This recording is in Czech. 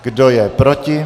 Kdo je proti?